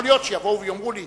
יכול להיות שיבואו ויאמרו לי: